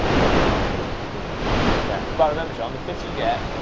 but amazing experience, isn't it. yeah, but remember john, the fitter you get,